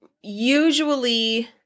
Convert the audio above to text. usually